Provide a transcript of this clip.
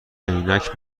عینک